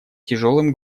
тяжелым